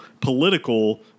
political